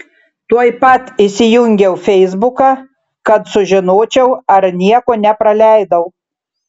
tuoj pat įsijungiau feisbuką kad sužinočiau ar nieko nepraleidau